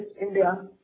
India